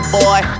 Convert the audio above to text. boy